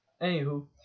Anywho